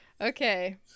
Okay